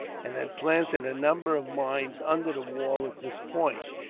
and had planted a number of mines under the wall at this point.